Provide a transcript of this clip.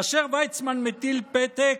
כאשר ויצמן מטיל פתק,